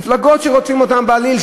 מפלגות שרודפים אותן בעליל,